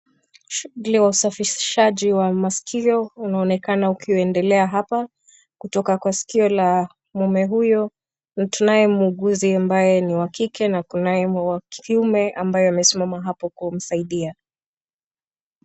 Shughuli ya usafirisaji wa maskio unaonekana ukiendelea hapa. Kutoka kwa sikio la mume huyo tunaye muuguzi ambaye ni wa kike na tunaye wa kuime ambaye amesimama hapo kwa kumusaidia.